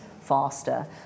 faster